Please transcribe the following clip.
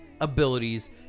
abilities